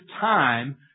time